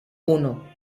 uno